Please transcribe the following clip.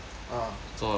ah